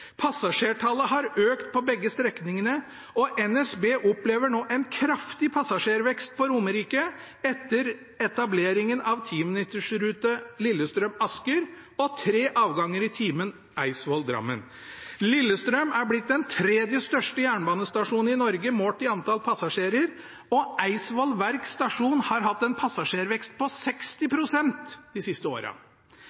Passasjertallet har økt på begge strekningene, og NSB opplever nå en kraftig passasjervekst på Romerike etter etableringen av 10-minutters rute Lillestrøm–Asker og tre avganger i timen Eidsvoll–Drammen. Lillestrøm er blitt den tredje største jernbanestasjonen i Norge målt i antall passasjerer, og Eidsvoll Verk stasjon har hatt en passasjervekst på 60 pst. de siste åra.